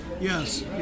Yes